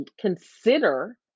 consider